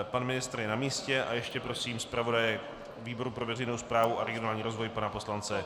Pan ministr je na místě a ještě prosím zpravodaje výboru pro veřejnou správu a regionální rozvoj pana poslance Koubka.